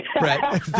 Right